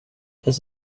his